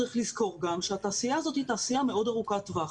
צריך גם לזכור שהתעשייה הזאת היא תעשייה מאוד ארוכת טווח.